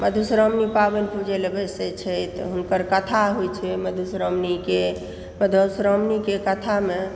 मधुश्रावणी पाबनि पुजय लए बैसै छथि हुनकर कथा होइ छै मधुश्रावणीके मधुश्रावणीके कथामे